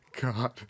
God